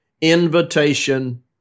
invitation